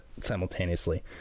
simultaneously